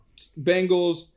Bengals